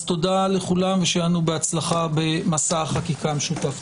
תודה לכולם ושיהיה לנו בהצלחה במסע החקיקה המשותף.